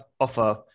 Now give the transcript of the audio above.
offer